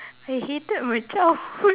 I hated my childhood